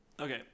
okay